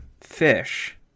fish